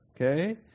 Okay